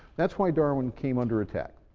that's why darwin came under attack.